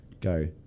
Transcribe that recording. go